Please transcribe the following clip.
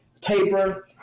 taper